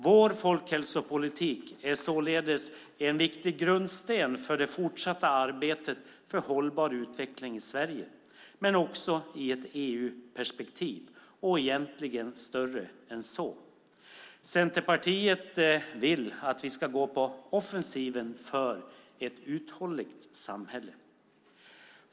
Vår folkhälsopolitik är således en viktig grundsten för det fortsatta arbetet för hållbar utveckling i Sverige, men också i ett EU-perspektiv och egentligen större än så. Centerpartiet vill att vi ska gå på offensiven för ett uthålligt samhälle.